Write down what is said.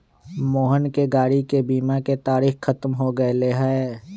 मोहन के गाड़ी के बीमा के तारिक ख़त्म हो गैले है